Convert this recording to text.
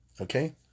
okay